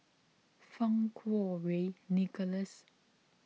Fang Kuo Wei Nicholas